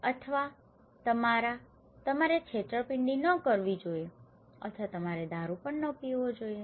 અથવા તમારા તમારે છેતરપિંડી ન કરવી જોઈએ અથવા તમારે દારૂ ન પીવો જોઈએ